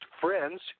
friends